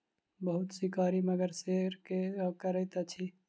बहुत शिकारी मगर के शिकार करैत अछि